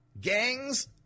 gangs